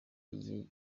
igihe